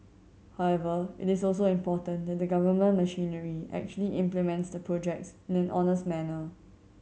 however it is also important that the government machinery actually implements the projects in an honest manner